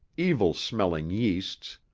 evil-smelling yeasts,